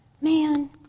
man